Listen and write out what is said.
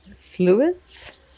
Fluids